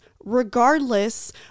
regardless